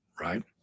Right